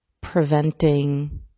preventing